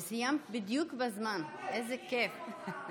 וסיימת בדיוק בזמן, איזה כיף.